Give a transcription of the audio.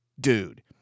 dude